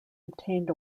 obtained